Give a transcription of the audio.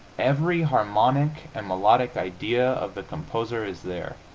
every harmonic and melodic idea of the composer is there